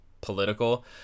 political